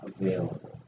available